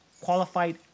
Qualified